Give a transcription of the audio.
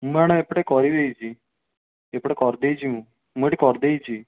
ମୁଁ ମ୍ୟାଡମ୍ ଏପଟେ କରିଦେଇଛି ଏପଟେ କରିଦେଇଛି ମୁଁ ମୁଁ ଏଇଠି କରିଦେଇଛି